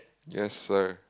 yes sir